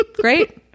Great